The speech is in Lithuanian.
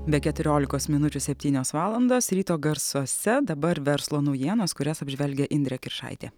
be keturiolikos minučių septynios valandos ryto garsuose dabar verslo naujienos kurias apžvelgia indrė kiršaitė